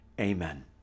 Amen